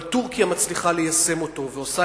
אבל טורקיה מצליחה ליישם אותו ועושה